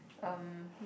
um